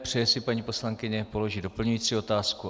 Přeje si paní poslankyně položit doplňující otázku?